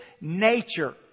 nature